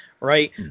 Right